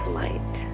light